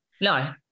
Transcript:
no